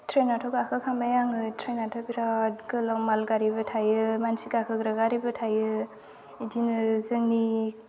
ट्रैनाथ' गाखो खांबाय आङो ट्रैनाथ' बिराद गोलाव माल गारिबो थायो मानसि गाखोग्रा गारिबो थायो बिदिनो जोंनि